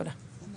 תודה.